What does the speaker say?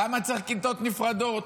למה כיתות נפרדות?